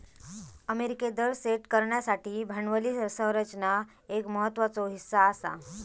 अमेरिकेत दर सेट करण्यासाठी भांडवली संरचना एक महत्त्वाचो हीस्सा आसा